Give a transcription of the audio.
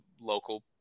local